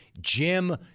Jim